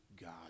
God